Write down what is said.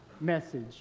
message